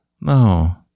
no